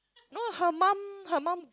no her mum her mum